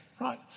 right